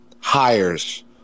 hires